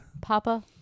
Papa